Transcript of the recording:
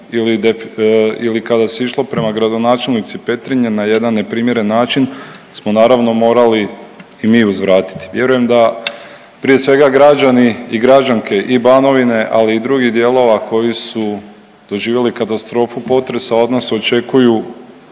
ili kada se išlo prema gradonačelnici Petrinje na jedan neprimjeren način smo naravno morali i mi uzvratiti. Vjerujem da, prije svega, građani i građanke i Banovine, ali i drugih dijelova koji su doživjeli katastrofu potresa od nas očekuju